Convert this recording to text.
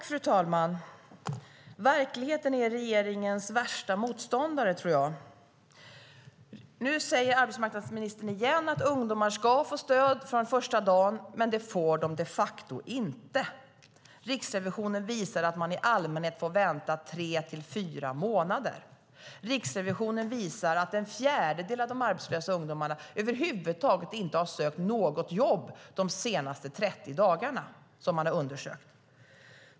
Fru talman! Verkligheten är regeringens värsta motståndare, tror jag. Nu säger arbetsmarknadsministern återigen att ungdomar ska få stöd från första dagen, men de facto får de inte det. Riksrevisionen visar att de i allmänhet får vänta tre till fyra månader. Riksrevisionen visar att en fjärdedel av de arbetslösa ungdomarna över huvud taget inte har sökt något jobb de senaste 30 dagarna som man har undersökt.